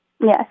Yes